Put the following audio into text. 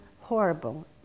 horrible